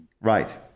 Right